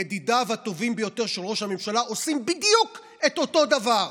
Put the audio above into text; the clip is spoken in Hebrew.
ידידיו הטובים ביותר של ראש הממשלה עושים בדיוק את אותו דבר: